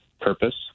purpose